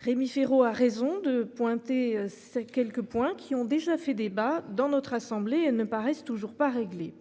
Rémi Féraud a raison de pointer. Ces quelques points qui ont déjà fait débat dans notre assemblée. Elles ne paraissent toujours pas réglé.